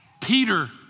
Peter